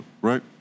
right